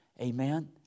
Amen